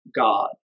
God